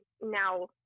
now